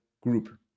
group